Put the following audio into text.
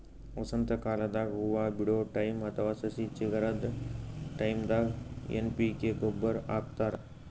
ವಸಂತಕಾಲದಾಗ್ ಹೂವಾ ಬಿಡೋ ಟೈಮ್ ಅಥವಾ ಸಸಿ ಚಿಗರದ್ ಟೈಂದಾಗ್ ಎನ್ ಪಿ ಕೆ ಗೊಬ್ಬರ್ ಹಾಕ್ತಾರ್